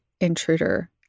intruder